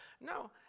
No